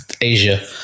Asia